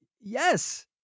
yes